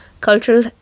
Cultural